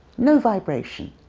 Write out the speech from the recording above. no vibration.